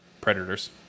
predators